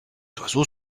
oiseaux